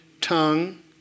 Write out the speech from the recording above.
Tongue